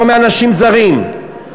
לא מאנשים זרים,